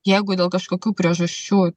jeigu dėl kažkokių priežasčių